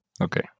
Okay